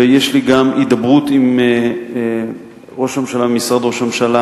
ויש לי גם הידברות עם משרד ראש הממשלה.